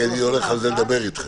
כי אני הולך לדבר על זה איתכם.